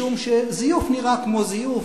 משום שזיוף נראה כמו זיוף,